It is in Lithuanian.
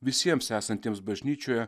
visiems esantiems bažnyčioje